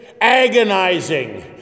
agonizing